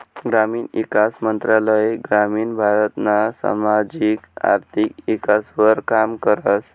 ग्रामीण ईकास मंत्रालय ग्रामीण भारतना सामाजिक आर्थिक ईकासवर काम करस